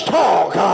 talk